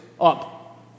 up